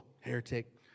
heretic